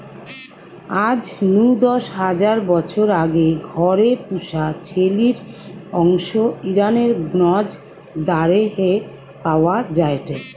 আজ নু দশ হাজার বছর আগে ঘরে পুশা ছেলির অংশ ইরানের গ্নজ দারেহে পাওয়া যায়টে